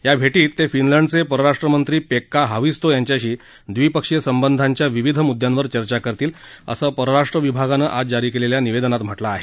या भेटीत ते फिनलंडचे परराष्ट्रमंत्री पेक्का हाविस्तो यांच्याशी द्विपक्षीय संबंधांच्या विविध मुद्द्यांवर चर्चा करतील असं परराष्ट्र विभागानं आज जारी केलेल्या निवेदनात म्हटलं आहे